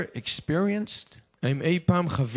experienced